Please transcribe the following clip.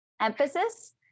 emphasis